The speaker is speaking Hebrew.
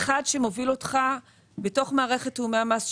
אחד שמוביל אותך בתוך מערכת תיאומי המס,